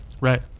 right